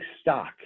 stock